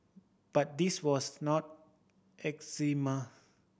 but this was not eczema